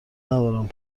ندارم